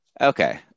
Okay